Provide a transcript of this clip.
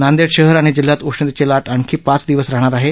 नांदेड शहर आणि जिल्ह्यात उष्णतेची लाट आणखी पाच दिवस राहणार आहे